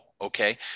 Okay